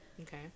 okay